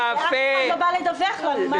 ואף אחד לא בא לדווח לנו מה